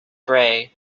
gray